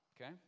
Okay